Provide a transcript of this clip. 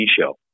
show